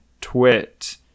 twit